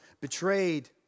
betrayed